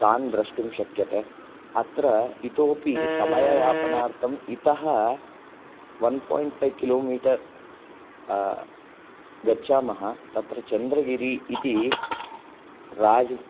तान् द्रष्टुं शक्यते अत्र इतोऽपि समययापनार्थम् इतः वन् पौण्ट् फ़ैव किलोमिटर् गच्छामः तत्र चन्द्रगिरि इति राज